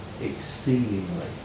exceedingly